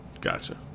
Gotcha